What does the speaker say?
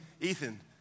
Ethan